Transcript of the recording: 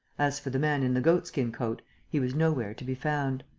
as for the man in the goat-skin coat he was nowhere to be found.